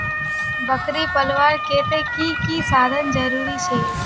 बकरी पलवार केते की की साधन जरूरी छे?